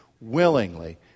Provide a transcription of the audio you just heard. willingly